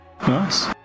nice